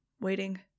waiting